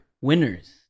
winners